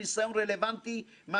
אני מבקש להבהיר,